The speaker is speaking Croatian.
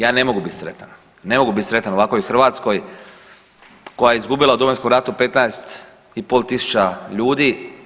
Ja ne mogu biti sretan, ne mogu biti sretan u ovakvoj Hrvatskoj koja je izgubila u Domovinskom ratu 15.500 ljudi.